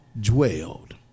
dwelled